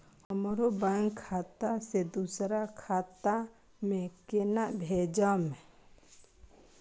हमरो बैंक खाता से दुसरा खाता में केना भेजम?